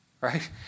right